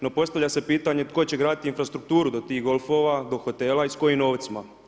No postavlja se pitanje tko će graditi infrastrukturu do tih golfova, do hotela i s kojim novcima?